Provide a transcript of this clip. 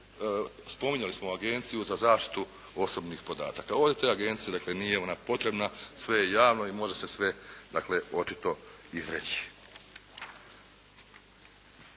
spominjali smo Agenciju za zaštitu osobnih podataka, ovo je ta agencija, dakle nije ona potrebna, sve je javno i može se sve očito izreći.